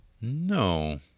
No